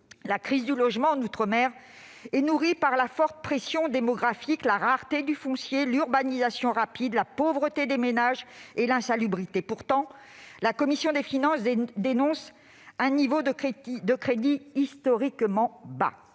La crise du logement en outre-mer est nourrie par la forte pression démographique, la rareté du foncier, l'urbanisation rapide, la pauvreté des ménages et l'insalubrité. Pourtant, la commission des finances dénonce un niveau de crédits « historiquement bas